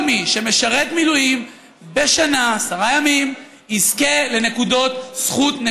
כל מי שמשרת מילואים עשרה ימים בשנה יזכה לנקודות זכות.